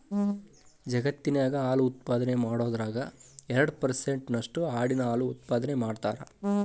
ಜಗತ್ತಿನ್ಯಾಗ ಹಾಲು ಉತ್ಪಾದನೆ ಮಾಡೋದ್ರಾಗ ಎರಡ್ ಪರ್ಸೆಂಟ್ ನಷ್ಟು ಆಡಿನ ಹಾಲು ಉತ್ಪಾದನೆ ಮಾಡ್ತಾರ